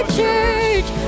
church